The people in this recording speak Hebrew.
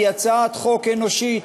היא הצעת חוק אנושית,